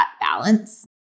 balance